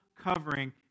covering